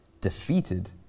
defeated